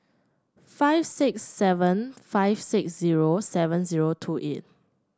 five six seven five six zero seven zero two eight